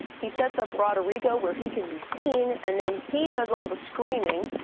he sets up roderigo where he can be seen, and then he does all the screaming,